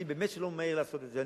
אני באמת לא ממהר לעשות את זה.